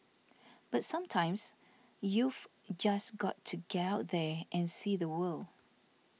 but sometimes you've just got to get out there and see the world